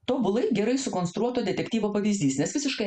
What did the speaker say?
tobulai gerai sukonstruoto detektyvo pavyzdys nes visiškai